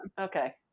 Okay